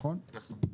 נכון.